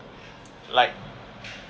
like